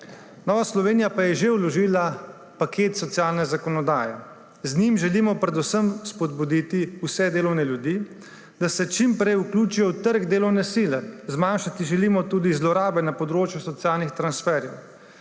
Nova Slovenija pa je že vložila paket socialne zakonodaje. Z njim želimo predvsem spodbuditi vse delovne ljudi, da se čim prej vključijo na trg delovne sile. Zmanjšati želimo tudi zlorabe na področju socialnih transferjev.